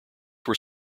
were